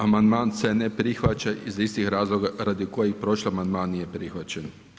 Amandman se ne prihvaća iz istih razloga radi kojih i prošli amandman nije prihvaćen.